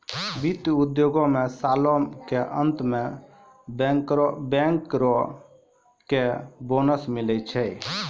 वित्त उद्योगो मे सालो के अंत मे बैंकरो के बोनस मिलै छै